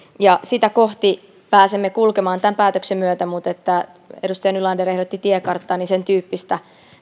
ja sitä kohti pääsemme kulkemaan tämän päätöksen myötä edustaja nylander ehdotti tiekarttaa ja sen tyyppistä